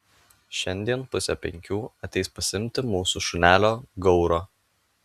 šiandien pusę penkių ateis pasiimti mūsų šunelio gauro